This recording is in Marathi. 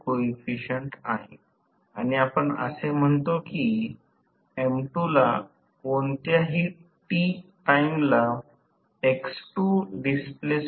तर ही बाजू विसरु नका कारण ही बाजू तिथे नसल्यामुळे आपल्याला VThevenin म्हणजेच V a b b voltage गृहीत धरावे लागेल